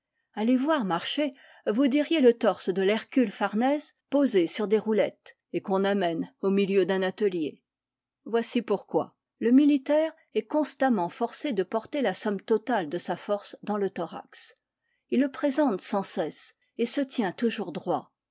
les voir marcher vous diriez le torse de l'hercule farnèse posé sur des roulettes et qu'on amène au milieu d'un atelier voici pourquoi le militaire est constamment forcé de porter la somme totale de sa force dans le thorax il le présente sans cesse et se tient toujours droit